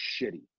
shitty